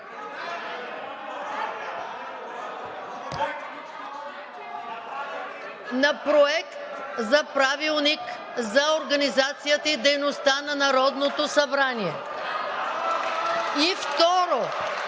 Проект за Правилник за организацията и дейността на Народното събрание.